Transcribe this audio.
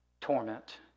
torment